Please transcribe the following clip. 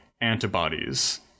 antibodies